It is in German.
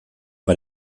bei